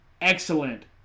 excellent